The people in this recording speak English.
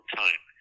time